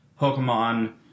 Pokemon